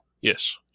Yes